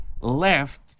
left